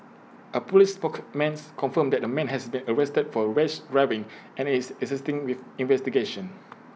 A Police spokesman confirmed that A man has been arrested for rash driving and is assisting with investigations